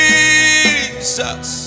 Jesus